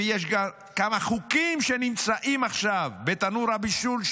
יש גם כמה חוקים שנמצאים עכשיו בתנור הבישול,